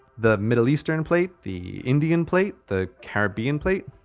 the. middle eastern plate. the. indian plate. the caribbean plate?